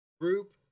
group